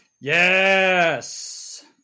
Yes